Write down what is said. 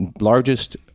Largest